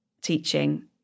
teaching